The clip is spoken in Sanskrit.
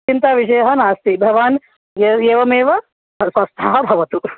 चिन्ताविषयः नास्ति भवान् एव एवमेव स्वस्थः भवतु